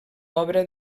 obra